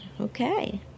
Okay